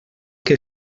que